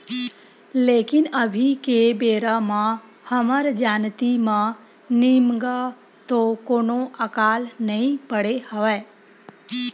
लेकिन अभी के बेरा म हमर जानती म निमगा तो कोनो अकाल नइ पड़े हवय